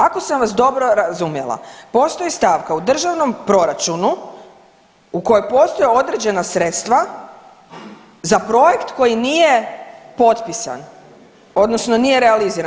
Ako sam vas dobro razumjela postoji stavka u državnom proračunu u kojoj postoje određena sredstva za projekt koji nije potpisan odnosno nije realiziran.